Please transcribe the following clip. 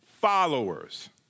followers